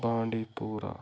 بانٛڈی پورہ